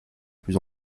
plus